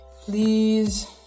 please